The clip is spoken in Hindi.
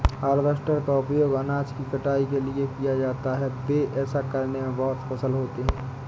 हार्वेस्टर का उपयोग अनाज की कटाई के लिए किया जाता है, वे ऐसा करने में बहुत कुशल होते हैं